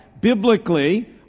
biblically